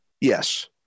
Yes